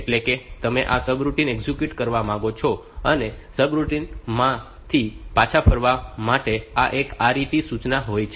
એટલે કે તમે સબ પ્રોગ્રામ એક્ઝિક્યુટ કરવા માંગો છો અને સબરૂટિન માંથી પાછા ફરવા માટે એક RET સૂચના હોય છે